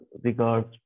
regards